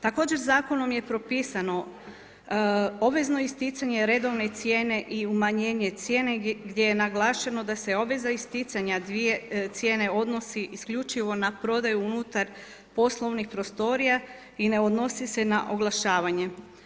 Također zakonom je propisano obvezno isticanje redovne cijene i umanjenje cijene, gdje je naglašeno da se obveza isticanja dvije cijene odnosi isključivo na prodaju unutar poslovnih prostorija i ne odnosi se na oglašavanje.